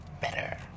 better